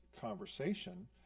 conversation